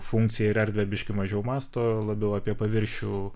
funkciją ir erdvę biškį mažiau mąsto labiau apie paviršių